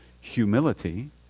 humility